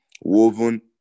woven